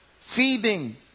feeding